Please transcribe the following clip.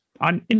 on